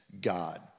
God